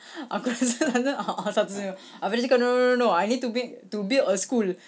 aku rasa a'ah satu swimming pool habis dia cakap no no no no I need to bui~ to build a school